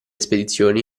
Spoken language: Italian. spedizioni